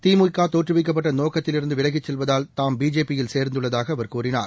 திமுக தோற்றுவிக்கப்பட்ட நோக்கத்தில் இருந்து விலகிச் செல்வதால் தாம் பிஜேபி யில் சேர்ந்துள்ளதாக அவர் கூறினார்